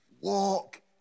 Walk